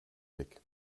weg